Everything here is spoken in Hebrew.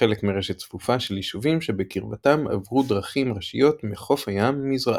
כחלק מרשת צפופה של יישובים שבקרבתם עברו דרכים ראשיות מחוף הים מזרחה.